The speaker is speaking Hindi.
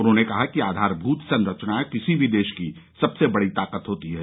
उन्होंने कहा कि आधारभूत संरचना किसी भी देश की सबसे बड़ी ताकत होती है